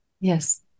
Yes